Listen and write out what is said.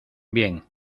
bien